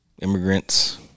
immigrants